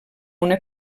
una